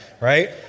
right